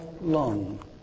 long